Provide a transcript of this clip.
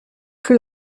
plus